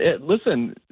Listen